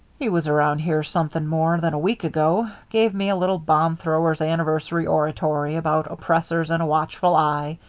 he was around here something more than a week ago gave me a little bombthrowers' anniversary oratory about oppressors and a watchful eye.